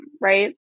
right